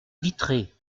vitré